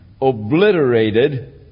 obliterated